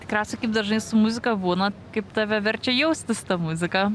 tikriausiai kaip dažnai su muzika būna kaip tave verčia jaustis ta muzika